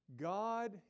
God